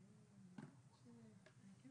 רגע,